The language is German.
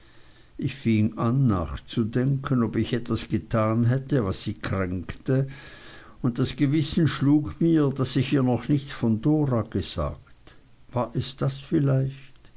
ich fing an nachzudenken ob ich etwas getan hätte was sie kränkte und das gewissen schlug mir daß ich ihr noch nichts von dora gesagt war es das vielleicht